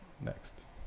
next